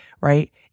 right